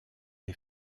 des